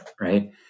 Right